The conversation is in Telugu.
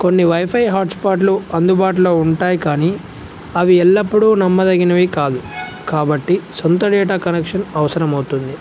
కొన్ని వైఫై హాట్స్పాట్లు అందుబాటులో ఉంటాయి కానీ అవి ఎల్లప్పుడూ నమ్మదగినవి కాదు కాబట్టి సొంత డేటా కనెక్షన్ అవసరము అవుతుంది